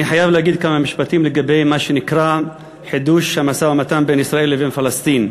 אני חייב לומר כמה משפטים לגבי חידוש המשא-ומתן בין ישראל לבין פלסטין.